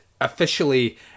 officially